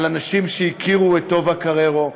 על אנשים שהכירו את טובה קררו,